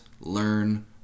learn